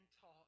talk